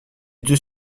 deux